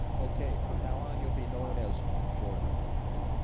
okay from now on you'll be known as jordan yeah